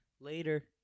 Later